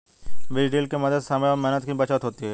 बीज ड्रिल के मदद से समय और मेहनत की बचत होती है